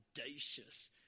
audacious